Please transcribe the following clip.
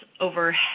over